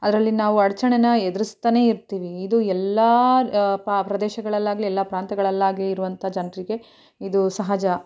ಅದರಲ್ಲಿ ನಾವು ಅಡಚಣೆನ ಎದ್ರಿಸ್ತಾನೆ ಇರ್ತೀವಿ ಇದು ಎಲ್ಲ ಪ್ರದೇಶಗಳಲ್ಲಾಗಲಿ ಎಲ್ಲ ಪ್ರಾಂತ್ಯಗಳಲ್ಲಾಗಲಿ ಇರುವಂಥ ಜನರಿಗೆ ಇದು ಸಹಜ